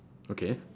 okay